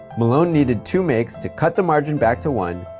malone needed two makes to cut the margin back to one,